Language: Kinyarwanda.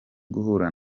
guhura